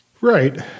Right